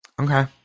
Okay